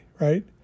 right